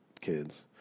kids